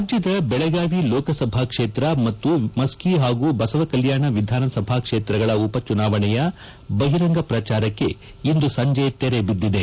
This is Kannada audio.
ರಾಜ್ಯದ ಬೆಳಗಾವಿ ಲೋಕಸಭಾ ಕ್ಷೇತ್ರ ಮತ್ತು ಮಸ್ಕಿ ಹಾಗೂ ಬಸವಕಲ್ಯಾಣ ವಿಧಾನಸಭಾ ಕ್ಷೇತ್ರಗಳ ಉಪಚುನಾವಣೆಯ ಬಹಿರಂಗ ಪ್ರಚಾರಕ್ಕೆ ಇಂದು ಸಂಜೆ ತೆರೆ ಬಿದ್ದಿದೆ